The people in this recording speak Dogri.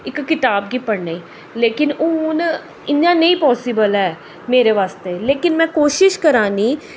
इक कताब गी पढ़ने गी लेकिन हून इ'यां नेईं पास्सीबल ऐ मेरे बास्तै लेकिन में कोशिश करा नी